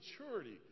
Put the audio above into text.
maturity